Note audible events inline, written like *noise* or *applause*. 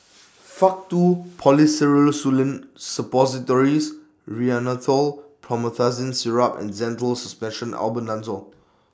*noise* Faktu Policresulen Suppositories Rhinathiol Promethazine Syrup and Zental Suspension Albendazole